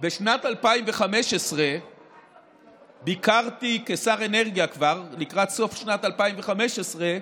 בשנת 2015 לקראת סוף שנת 2015,